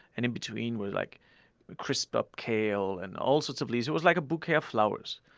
and in between was like ah crisped-up kale and all sorts of leaves. it was like a bouquet of flowers.